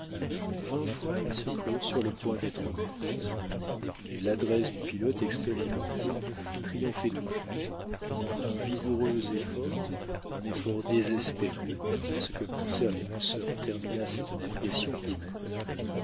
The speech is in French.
vingt fois ils se crurent sur le point d'être engloutis mais l'adresse du pilote expérimenté triomphait toujours un vigoureux effort un effort désespéré à ce que pensèrent les deux sœurs termina cette navigation pénible